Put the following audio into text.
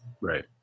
Right